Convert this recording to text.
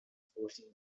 forcing